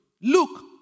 Look